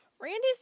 Randy's